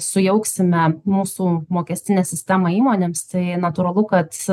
sujauksime mūsų mokestinę sistemą įmonėms tai natūralu kad